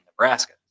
Nebraska